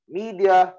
media